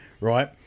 right